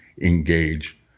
engage